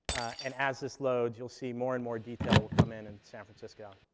and as this loads, you'll see more and more detail will come in, in san francisco